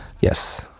Yes